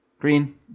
Green